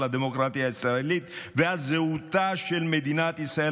הדמוקרטיה הישראלית ועל זהותה של מדינת ישראל,